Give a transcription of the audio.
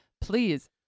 please